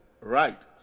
right